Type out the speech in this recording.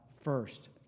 first